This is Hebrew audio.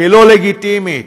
כלא לגיטימית.